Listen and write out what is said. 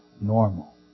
normal